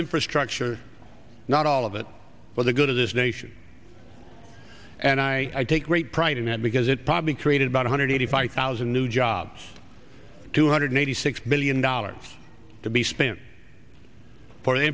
infrastructure not all of it but the good of this nation and i take great pride in that because it probably created about one hundred eighty five thousand new jobs two hundred eighty six billion dollars to be spent for the